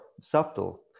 subtle